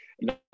no